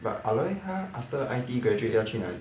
but ah loi 他 after I_T_E graduate 要去哪里